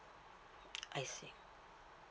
I see